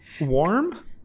Warm